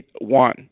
one